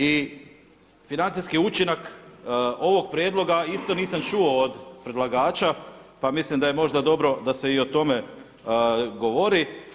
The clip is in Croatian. I financijski učinak ovog prijedloga isto nisam čuo od predlagača, pa mislim da je možda dobro da se i o tome govori.